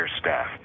staff